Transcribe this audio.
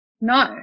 no